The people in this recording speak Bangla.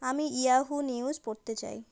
আমি ইয়াহু নিউস পড়তে চাই